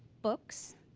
books,